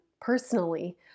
personally